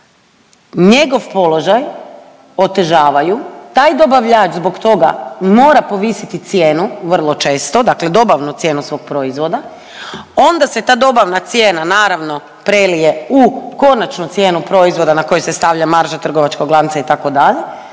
njegov položaj otežavaju, taj dobavljač zbog toga mora povisiti cijenu vrlo često, dakle dobavnu cijenu svog proizvoda. Onda se ta dobavna cijena naravno prelije u konačnu cijenu proizvoda na koju se stavlja marža trgovačkog lanca itd.